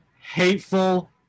hateful